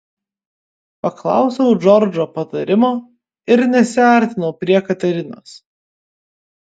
paklausiau džordžo patarimo ir nesiartinau prie katerinos